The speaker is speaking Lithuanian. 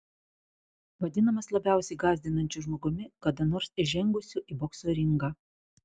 vadinamas labiausiai gąsdinančiu žmogumi kada nors įžengusiu į bokso ringą